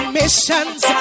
missions